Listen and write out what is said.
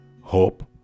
hope